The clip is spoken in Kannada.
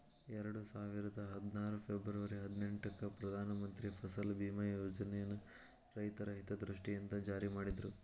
ಎರಡುಸಾವಿರದ ಹದ್ನಾರು ಫೆಬರ್ವರಿ ಹದಿನೆಂಟಕ್ಕ ಪ್ರಧಾನ ಮಂತ್ರಿ ಫಸಲ್ ಬಿಮಾ ಯೋಜನನ ರೈತರ ಹಿತದೃಷ್ಟಿಯಿಂದ ಜಾರಿ ಮಾಡಿದ್ರು